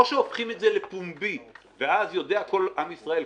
או שהופכים את זה לפומבי ואז יודע כל עם ישראל,